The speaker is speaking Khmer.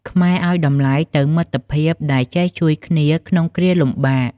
ខ្មែរឱ្យតម្លៃទៅមិត្តភាពដែលចេះជួយគ្នាក្នុងគ្រាលំបាក។